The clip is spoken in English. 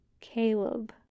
Caleb